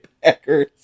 Packers